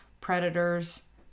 predators